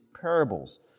parables